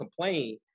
complain